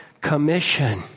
commission